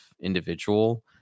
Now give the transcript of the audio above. individual